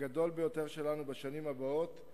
הגדול ביותר שלנו בשנים הבאות,